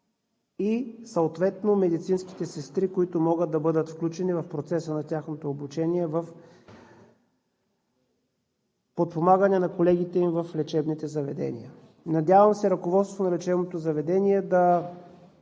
и съответно медицинските сестри, които могат да бъдат включени в процеса на тяхното обучение, в подпомагане на колегите им в лечебните заведения. Надявам се, ръководството на лечебното заведение да